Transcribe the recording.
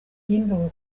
y’ingabo